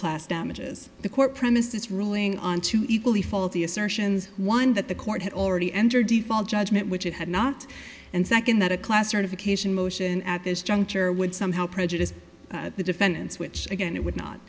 class damages the court premises ruling on two equally faulty assertions one that the court had already entered default judgment which it had not and second that a classification motion at this juncture would somehow prejudice the defendants which again it would not